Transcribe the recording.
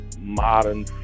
modern